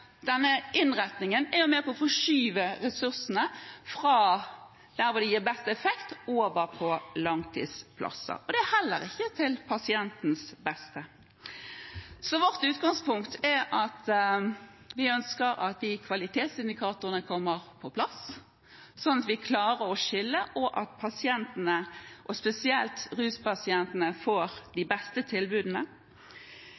Denne innrettingen er altså med på å forskyve ressursene fra der hvor de gir best effekt, og over på langtidsplasser. Det er heller ikke til pasientens beste. Vårt utgangspunkt er at vi ønsker at de kvalitetsindikatorene kommer på plass, sånn at vi klarer å skille, og sånn at pasientene – spesielt ruspasientene – får de beste tilbudene.